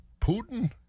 Putin